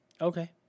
okay